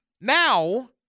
Now